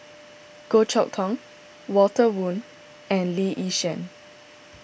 Goh Chok Tong Walter Woon and Lee Yi Shyan